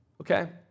Okay